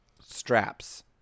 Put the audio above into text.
straps